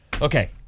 Okay